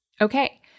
Okay